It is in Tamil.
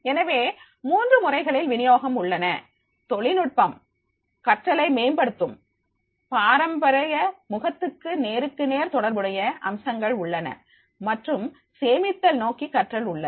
எனவே மூன்று முறைகளில் வினியோகம் உள்ளன தொழில்நுட்பம் கற்றலை மேம்படுத்தும் பாரம்பரிய முகத்துக்கு நேருக்கு நேர் தொடர்புடைய அம்சங்கள் உள்ளன மற்றும் சேமித்தல் நோக்கி கற்றல் உள்ளது